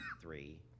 three